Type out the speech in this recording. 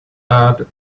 add